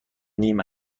نیم